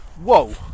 Whoa